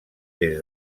des